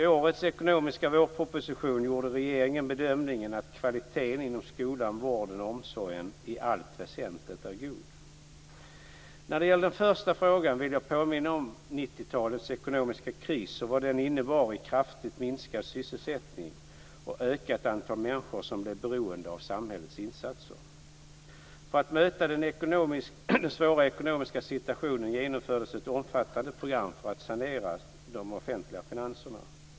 I årets ekonomiska vårproposition gjorde regeringen bedömningen att kvaliteten inom skolan, vården och omsorgen i allt väsentligt är god. När det gäller den första frågan vill jag påminna om 1990-talets ekonomiska kris och vad den innebar i kraftigt minskad sysselsättning och ökat antal människor som blev beroende av samhällets insatser. För att möta den svåra ekonomiska situationen genomfördes ett omfattande program för att sanera de offentliga finanserna.